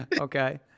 Okay